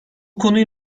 konuyu